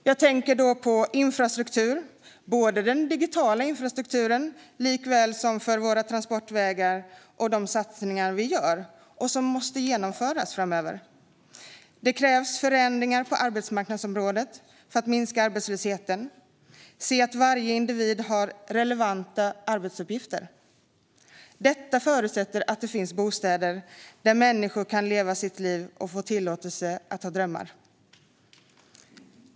Jag tänker på infrastruktur, både den digitala infrastrukturen och våra transportvägar, och på de satsningar vi gör och som måste genomföras framöver. Det krävs förändringar på arbetsmarknadsområdet för att minska arbetslösheten och se till att varje individ har relevanta arbetsuppgifter. Detta förutsätter att det finns bostäder där människor kan leva sina liv och tillåts ha drömmar.